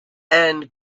and